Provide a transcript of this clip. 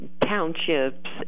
townships